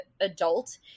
adult